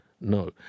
no